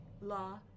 La